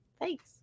thanks